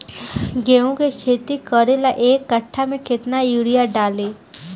गेहूं के खेती करे ला एक काठा में केतना युरीयाँ डाली?